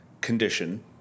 condition